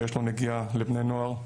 שיש לו נגיעה לבני נוער,